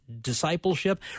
discipleship